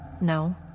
No